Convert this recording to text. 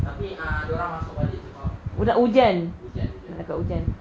tapi uh dia orang masuk balik sebab hujan